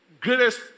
greatest